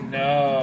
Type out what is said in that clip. no